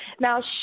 Now